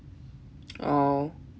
orh